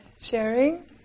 sharing